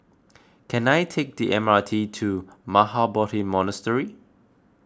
can I take the M R T to Mahabodhi Monastery